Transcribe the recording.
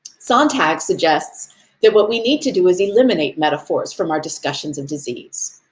sontag suggests that what we need to do is eliminate metaphors from our discussions of disease.